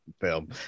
film